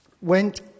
went